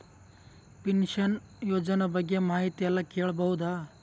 Pension ಯೋಜನ ಬಗ್ಗೆ ಮಾಹಿತಿ ಎಲ್ಲ ಕೇಳಬಹುದು?